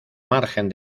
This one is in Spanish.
margen